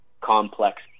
complex